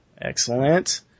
excellent